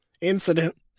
Incident